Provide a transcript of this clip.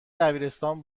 دبیرستان